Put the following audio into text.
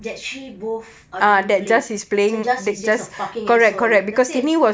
that she both are being played so jas is just a fucking asshole just it